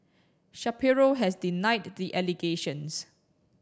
Shapiro has denied the allegations